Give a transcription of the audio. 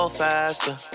faster